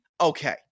Okay